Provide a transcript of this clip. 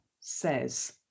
says